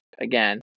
again